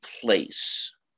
place